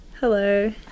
hello